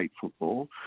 football